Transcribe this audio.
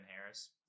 Harris